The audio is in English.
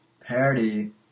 parody